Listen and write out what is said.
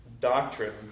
doctrine